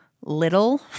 little